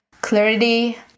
clarity